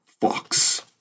Fox